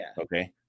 Okay